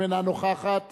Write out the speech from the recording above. אינה נוכחת